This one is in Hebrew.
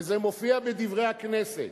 וזה מופיע ב"דברי הכנסת"